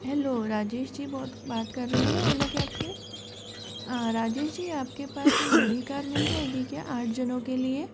hello Rajesh ji बहुत बात कर रहे हैं ना ओला कैब से राजेश जी आपके पास एक बड़ी कार मिल जाएगी क्या आठ जनों के लिए